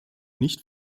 nicht